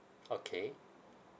okay